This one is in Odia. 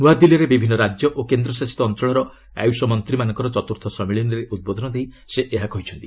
ନୃଆଦିଲ୍ଲୀରେ ବିଭିନ୍ନ ରାଜ୍ୟ ଓ କେନ୍ଦ୍ରଶାସିତ ଅଂଚଳର ଆୟୁଷ ମନ୍ତ୍ରୀମାନଙ୍କ ଚତ୍ର୍ଥ ସମ୍ମିଳନୀରେ ଉଦ୍ବୋଧନ ଦେଇ ସେ ଏହା କହିଛନ୍ତି